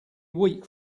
weak